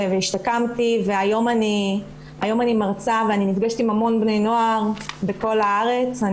והשתקמתי והיום אני מרצה ואני נפגשת עם המון בני נוער בכל הארץ.